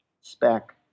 spec